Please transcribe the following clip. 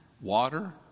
water